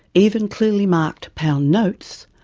even clearly marked pound notes,